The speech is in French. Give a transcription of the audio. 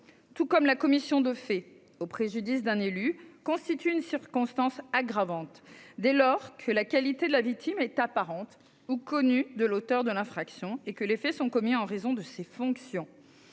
De même, la commission de faits au préjudice d'un élu constitue une circonstance aggravante, dès lors que la qualité de la victime est apparente ou connue de l'auteur de l'infraction et que les faits sont commis en raison de ses fonctions.